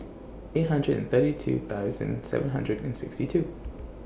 eight hundred and thirty two thousand seven hundred and sixty two